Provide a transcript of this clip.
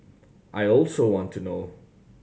I also want to know